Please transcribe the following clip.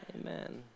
Amen